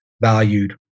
valued